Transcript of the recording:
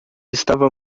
estava